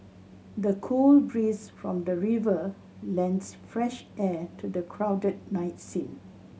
the cool breeze from the river lends fresh air to the crowded night scene